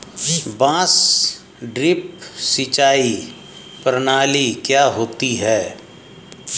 बांस ड्रिप सिंचाई प्रणाली क्या होती है?